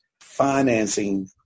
financing